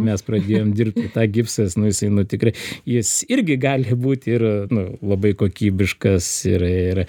mes pradėjom dirbti tą gipsas nu jisai nu tikrai jis irgi gali būti ir nu labai kokybiškas ir ir